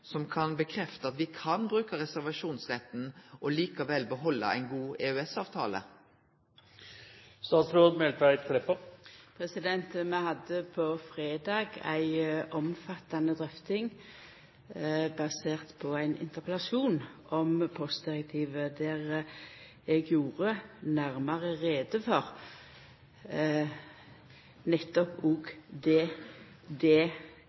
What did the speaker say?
som kan bekrefte at me kan bruke reservasjonsretten og likevel behalde ein god EØS-avtale? Vi hadde på fredag ei omfattande drøfting basert på ein interpellasjon om postdirektivet, der eg gjorde nærare greie for